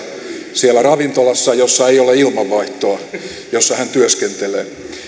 siellä ravintolassa jossa ei ole ilmanvaihtoa ja jossa hän työskentelee niin